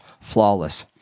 flawless